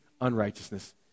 unrighteousness